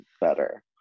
better